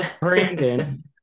Brandon